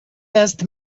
best